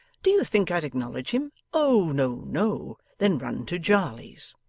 do you think i'd acknowledge him? oh no no! then run to jarley's